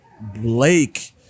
Blake